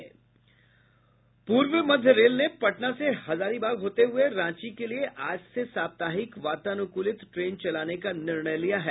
पूर्व मध्य रेल ने पटना से हजारीबाग होते हुए रांची के लिए आज से साप्ताहिक वातानुकूलित ट्रेन चलाने का निर्णय लिया है